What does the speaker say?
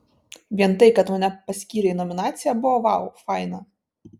vien tai kad mane paskyrė į nominaciją buvo vau faina